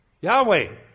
Yahweh